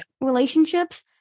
relationships